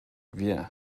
wie